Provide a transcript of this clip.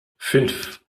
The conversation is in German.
fünf